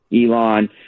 Elon